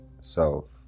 self